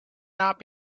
not